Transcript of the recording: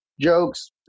jokes